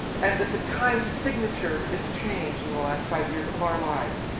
and that the time's signature is change, in the last five years, of our lives.